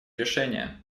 решения